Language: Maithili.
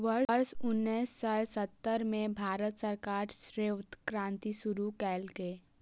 वर्ष उन्नेस सय सत्तर मे भारत सरकार श्वेत क्रांति शुरू केलकै